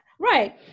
Right